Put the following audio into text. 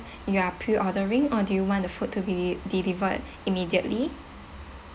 you are pre ordering or do you want the food to be delivered immediately